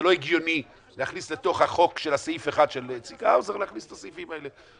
זה לא הגיוני להכניס לתוך סעיף אחד של צביקה האוזר את הסעיפים האלה.